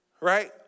Right